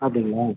அப்படிங்களா